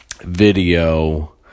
video